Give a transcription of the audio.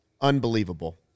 unbelievable